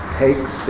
takes